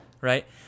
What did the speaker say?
Right